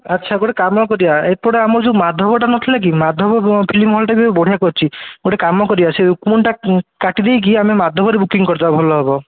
ଆଚ୍ଛା ଗୋଟେ କାମ କରିବା ଏପଟେ ଆମର ଯୋଉ ମାଧବଟା ନଥିଲା କି ମାଧବ ଫିଲ୍ମ ହଲ୍ଟା ଏବେ ବଢ଼ିଆ କରିଛି ଗୋଟେ କାମ କରିବା ସେ ରୁକ୍ମଣୀଟା କାଟି ଦେଇକି ଆମେ ମାଧବରେ ବୁକିଂ କରିଦେବା ଭଲ ହେବ